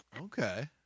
Okay